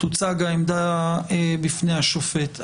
תוצג העמדה בפני השופט.